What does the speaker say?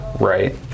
Right